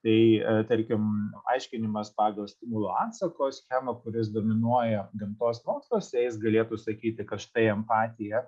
tai tarkim aiškinimas pagal stimulo atsako schemą kuris dominuoja gamtos moksluose jis galėtų sakyti kad štai empatija